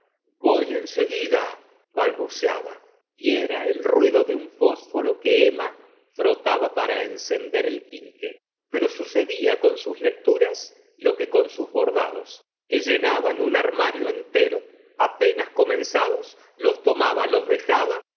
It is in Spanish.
voy en seguida balbuceaba y era el ruido de un fósforo que emma frotaba para encender el quinqué pero sucedía con sus lecturas lo que con sus bordados que llenaban un armario entero apenas comenzados los tomaba los dejaba